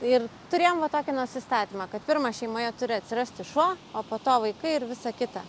ir turėjom va tokį nusistatymą kad pirma šeimoje turi atsirasti šuo o po to vaikai ir visa kita